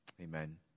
Amen